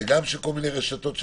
וגם של רשתות אחרות,